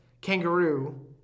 kangaroo